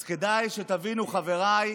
אז כדאי שתבינו, חבריי,